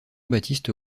baptiste